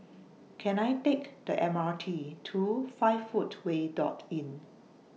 Can I Take The M R T to five Footway Dot Inn